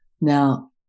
Now